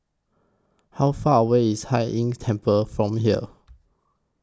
How Far away IS Hai Inn Temple from here